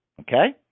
Okay